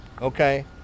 Okay